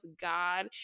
God